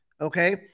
okay